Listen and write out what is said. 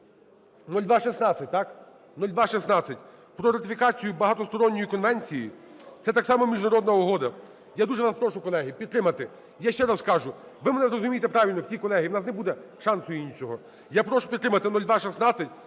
0216. Так? 0216: про ратифікацію Багатосторонньої конвенції. Це так само міжнародна угода. Я дуже вас прошу, колеги, підтримати. Я ще раз кажу, ви мене зрозумійте правильно всі, колеги. У нас не буде шансу іншого. Я прошу підтримати 0216